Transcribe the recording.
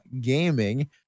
gaming